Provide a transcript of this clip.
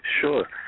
Sure